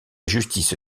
justice